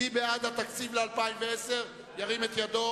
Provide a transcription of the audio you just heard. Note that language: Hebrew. אני קובע